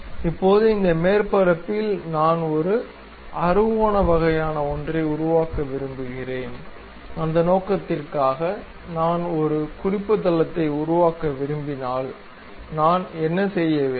இப்போது இந்த மேற்பரப்பில் நான் ஒரு அறுகோண வகையான ஒன்றை உருவாக்க விரும்புகிறேன் அந்த நோக்கத்திற்காக நான் ஒரு குறிப்பு தளத்தை உருவாக்க விரும்பினால் நான் என்ன செய்ய வேண்டும்